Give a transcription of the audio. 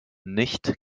nicht